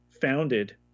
founded